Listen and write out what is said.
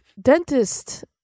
dentist